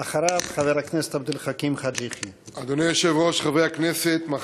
אחריו, חבר הכנסת עבד אל חכים חאג' יחיא.